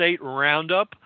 Roundup